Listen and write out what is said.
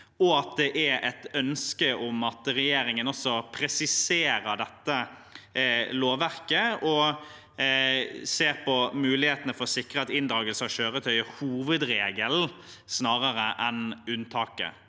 og at man ønsker at regjeringen presiserer lovverket og ser på mulighetene for å sikre at inndragelse av kjøretøyet er hovedregelen snarere enn unntaket.